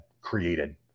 created